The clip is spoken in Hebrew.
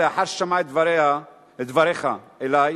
לאחר ששמעה את דבריך אלי,